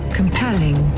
compelling